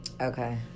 Okay